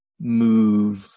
move